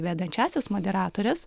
vedančiąsias moderatores